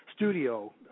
Studio